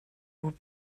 would